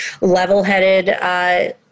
level-headed